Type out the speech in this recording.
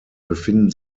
befinden